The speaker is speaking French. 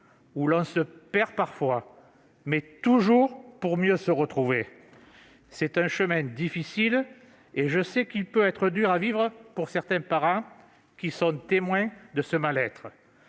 où l'on se perd parfois, mais toujours pour mieux se retrouver. C'est un chemin difficile et je sais qu'il peut être dur à vivre pour certains parents, qui sont témoins de ce mal-être.